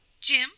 Jim